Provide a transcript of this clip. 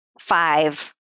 five